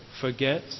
forget